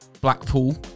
Blackpool